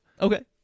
Okay